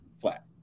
flat